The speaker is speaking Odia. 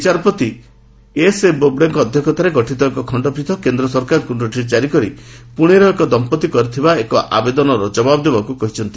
ବିଚାରପତି ଏସ୍ଏ ବୋବ୍ଡେଙ୍କ ଅଧ୍ୟକ୍ଷତାରେ ଗଠିତ ଏକ ଖଣ୍ଡପୀଠ କେନ୍ଦ୍ର ସରକାରଙ୍କୁ ନୋଟିସ୍ ଜାରି କରି ପୁଣେର ଏକ ଦମ୍ପତି କରିଥିବା ଏକ ଆବେଦନର ଜବାବ ଦେବାକୁ କହିଛନ୍ତି